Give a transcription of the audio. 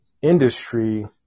industry